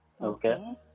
Okay